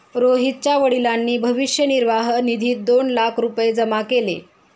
रोहितच्या वडिलांनी भविष्य निर्वाह निधीत दोन लाख रुपये जमा केले